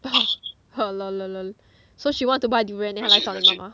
LOL LOL LOL LOL so she want to buy durian then 她来找你妈妈